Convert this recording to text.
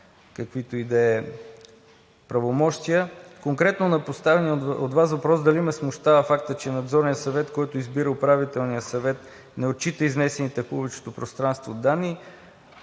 каквито и да е правомощия. Конкретно на поставения от Вас въпрос: дали ме смущава фактът, че Надзорният съвет, който избира Управителния съвет, не отчита изнесените в публичното пространство данни